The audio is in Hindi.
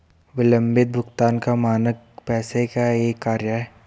विलम्बित भुगतान का मानक पैसे का एक कार्य है